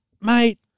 mate